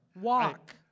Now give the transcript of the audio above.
Walk